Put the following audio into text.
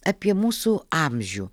apie mūsų amžių